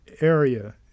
area